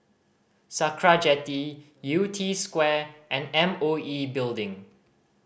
Sakra Jetty Yew Tee Square and M O E Building